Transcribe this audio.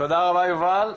רבה יובל,